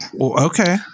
okay